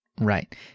right